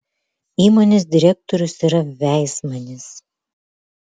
įmonės direktorius yra veismanis